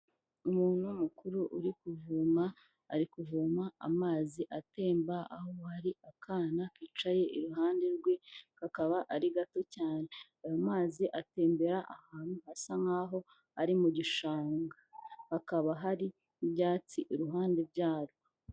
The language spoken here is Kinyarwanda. Umuntu mukuru uri kuvoma, ari kuvoma amazi atemba, aho hari akana kicaye iruhande rwe, kakaba ari gato cyane. Ayo mazi atembera ahantu hasa nkaho ari mu gishanga. Hakaba hari ibyatsi iruhande byarwo.